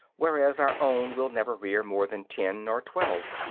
whereas our own will never rear more than ten or twelve.